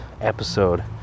episode